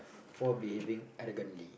for behaving arrogantly